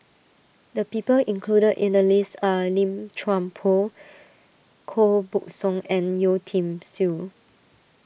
the people included in the list are Lim Chuan Poh Koh Buck Song and Yeo Tiam Siew